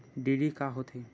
DD का होथे?